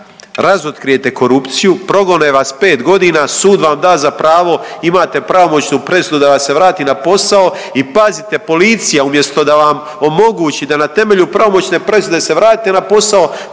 razotkrijete korupciju, progone vas 5 godina, sud vam da za pravo, imate pravomoćnu presudu da vas se vrati na posao i pazite policija umjesto da vam omogući da na temelju pravomoćne presude se vratite na posao,